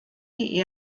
die